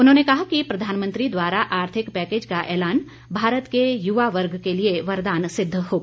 उन्होंने ये भी कहा कि प्रधानमंत्री द्वारा आर्थिक पैकेज का ऐलान भारत के युवा वर्ग के लिए वरदान सिद्ध होगा